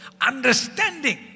Understanding